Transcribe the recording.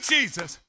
Jesus